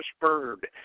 bird